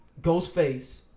Ghostface